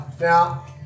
Now